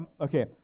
okay